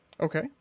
Okay